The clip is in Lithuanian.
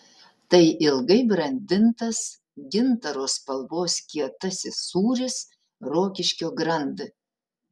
tai ilgai brandintas gintaro spalvos kietasis sūris rokiškio grand